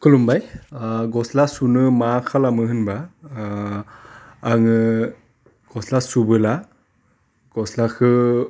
खुलुमबाय ओह गस्ला सुनो मा खालामो होनबा ओह आङो गस्ला सुबोला गस्लाखो